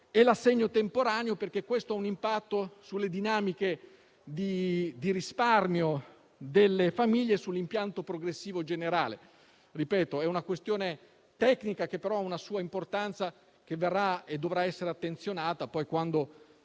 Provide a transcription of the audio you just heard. e l'assegno temporaneo, perché questo ha un impatto sulle dinamiche di risparmio delle famiglie e sull'impianto progressivo generale. Ripeto, è una questione tecnica che però ha una sua importanza, che verrà e dovrà essere attenzionata quando